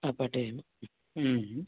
अपठेयं